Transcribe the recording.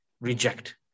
reject